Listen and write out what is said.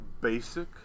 basic